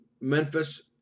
Memphis